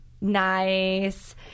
nice